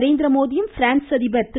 நரேந்திரமோடியும் பிரான்ஸ் அதிபர் திரு